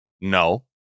no